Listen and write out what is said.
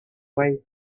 way